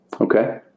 Okay